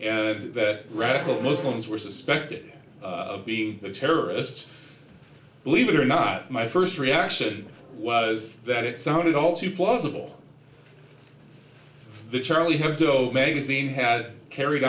and that radical muslims were suspected of being the terrorists believe it or not my first reaction was that it sounded all too plausible the charlie hebdo magazine had carried